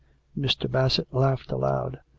mr. bassett laughed aloud.